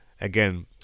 Again